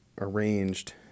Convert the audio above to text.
arranged